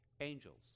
angels